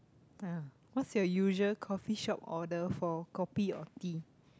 ah what's your usual coffee shop order for kopi or tea